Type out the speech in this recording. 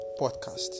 podcast